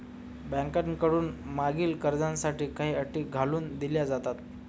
बँकांकडून मागणी कर्जासाठी काही अटी घालून दिल्या जातात